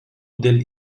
dėl